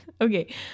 Okay